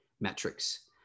metrics